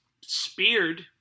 speared